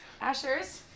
Ashers